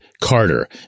Carter